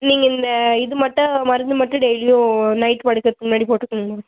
நீங்கள் இந்த இது மட்டும் மருந்து மட்டும் டெய்லியும் நைட் படுக்கறக்கு முன்னாடி போட்டுக்கங்கம்மா